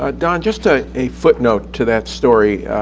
ah don, just ah a footnote to that story.